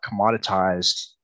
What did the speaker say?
commoditized